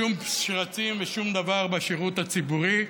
שום שרצים ושום דבר בשירות הציבורי.